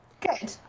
good